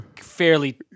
fairly